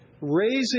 Raising